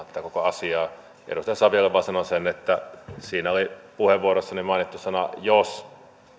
tätä koko asiaa edustaja saviolle sanon vain sen että siinä puheenvuorossani oli mainittu että jos